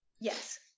yes